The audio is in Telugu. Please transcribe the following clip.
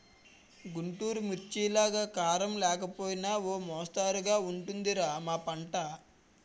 గుంటూరు మిర్చిలాగా కారం లేకపోయినా ఓ మొస్తరుగా ఉంటది రా మా పంట